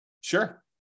Sure